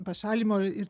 pašalinimo ir